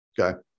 Okay